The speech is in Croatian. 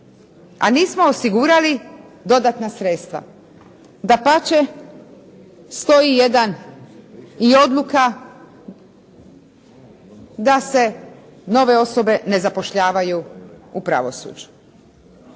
a nismo osigurali dodatna sredstva. Dapače, stoji jedna i odluka da se nove osobe ne zapošljavaju u pravosuđu.